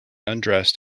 undressed